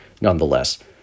nonetheless